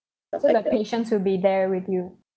so the patients will be there with you